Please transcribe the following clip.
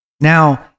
Now